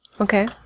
Okay